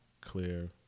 Clear